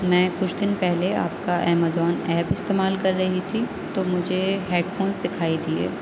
میں کچھ دن پہلے آپ کا امازون ایپ استعمال کر رہی تھی تو مجھے ہیڈ فونس دکھائی دیے